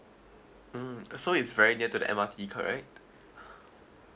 mm so it's very near to the M_R_T correct